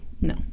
no